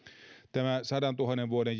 tämän sadantuhannen vuoden